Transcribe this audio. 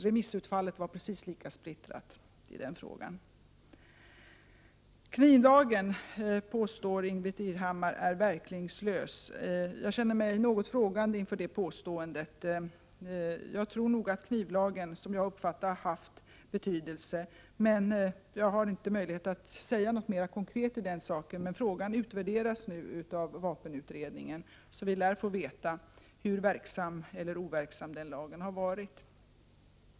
Remissutfallet var precis lika splittrat i denna fråga. Knivlagen är verkningslös, påstår Ingbritt Irhammar. Jag ställer mig något frågande inför det påståendet. Jag tror nog att knivlagen har haft betydelse. Men jag har inte möjlighet att säga något mera konkret i den saken. Frågan utvärderas nu av vapenutredningen, så vi lär få veta hur verksam eller overksam den lagen har varit.